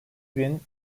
bin